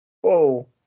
Whoa